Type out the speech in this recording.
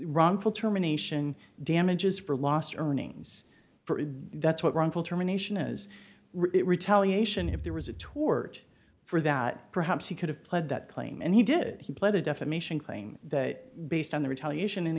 wrongful termination damages for lost earnings for that's what wrongful termination is retaliation if there was a torch for that perhaps he could have pled that claim and he did he pled a defamation claim that based on the retaliation and